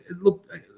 look